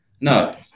No